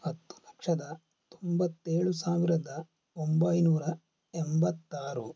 ಹತ್ತು ಲಕ್ಷದ ತೊಂಬತ್ತೇಳು ಸಾವಿರದ ಒಂಬೈನೂರ ಎಂಬತ್ತಾರು